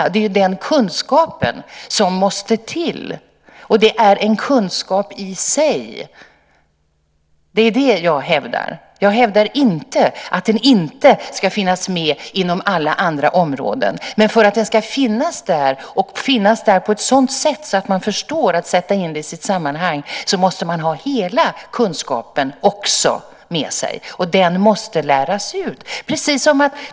Det är den kunskapen som måste till, och det är en kunskap i sig. Det är det som jag hävdar. Jag hävdar inte att den inte ska finnas med inom alla andra områden. Men för att den ska finnas där på ett sådant sätt att man förstår att sätta in den i sitt sammanhang måste man ha hela kunskapen med sig, och den måste läras ut.